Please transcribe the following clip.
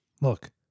look